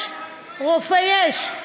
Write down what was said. רופא יש, רופא יש.